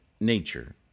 nature